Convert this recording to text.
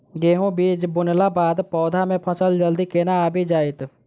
गेंहूँ बीज बुनला बाद पौधा मे फसल जल्दी केना आबि जाइत?